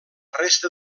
resta